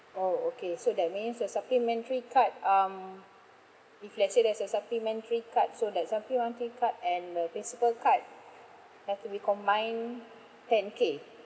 oh okay so that means the supplementary card um if let's say there's a supplementary card so that supplementary card and the principal card have to be combined ten K